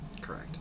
Correct